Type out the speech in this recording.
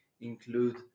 include